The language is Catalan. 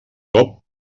cop